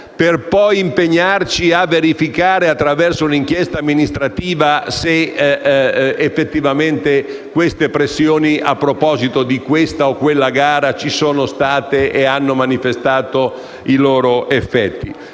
per poi impegnarci a verificare attraverso un'inchiesta amministrativa se effettivamente queste pressioni, a proposito di questa o quella gara, ci siano state e abbiano manifestato i loro effetti.